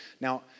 Now